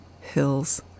hills